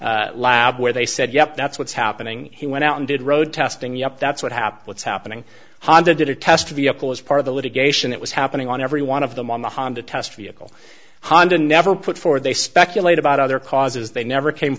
the lab where they said yup that's what's happening he went out and did road testing yup that's what happed what's happening honda did a test vehicle as part of the litigation it was happening on every one of them on the honda test vehicle honda never put forward they speculate about other causes they never came